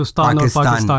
Pakistan